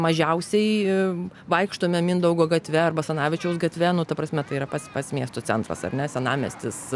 mažiausiai vaikštome mindaugo gatve ar basanavičiaus gatve nu ta prasme tai yra pats pats miesto centras ar ne senamiestis